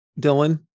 Dylan